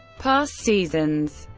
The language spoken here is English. past seasons